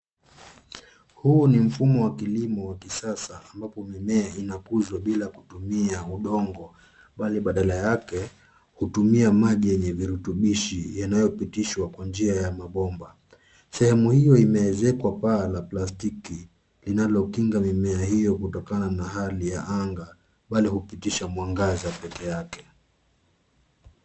Huu ni mfumo wa kilimo wa kisasa ambapo mimea inakuzwa bila kutumia udongo bali badala yake hutumia maji yenye virutubishi yanayopitishwa kwa njia ya mabomba. Sehemu hiyo imeezekwa pala plastiki linalokinga mimea hiyo kutokana na hali ya anga bali hupitisha mwangaza peke yake.